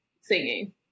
singing